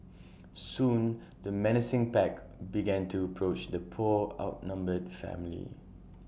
soon the menacing pack began to approach the poor outnumbered family